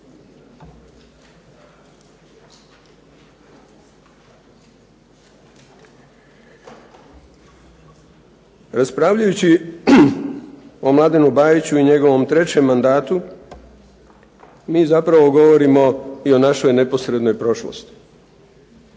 Raspravljajući o Mladenu Bajiću i njegovom trećem mandatu mi zapravo govorimo i o našoj neposrednoj prošlosti